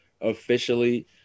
officially